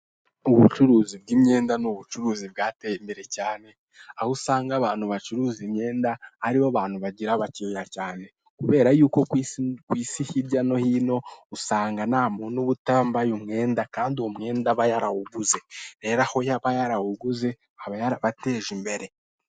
Ubucuruzi bw'imyenda ni ubucuruzi bwateye imbere cyane, aho usanga abantu bacuruza imyenda aribo bantu bagira abakiriya cyane kubera yuko ku isi hirya no hino usanga ntamuntu uba utambaye umwenda kandi uwo mwenda aba yarawuguze, rero aho aba yarawuguze aba yarabateje imbere.